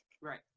Right